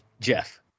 Jeff